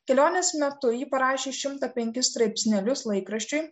kelionės metu ji parašė šimtą penkis straipsnelius laikraščiui